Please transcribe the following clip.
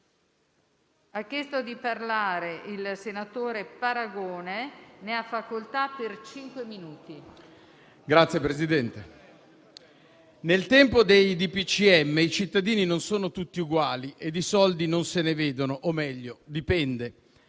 dei ministri i cittadini non sono tutti uguali e di soldi non se ne vedono o, meglio, dipende.